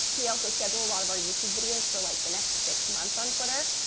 we also schedule a lot of our youtube videos for like the next six months on twitter,